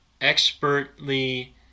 expertly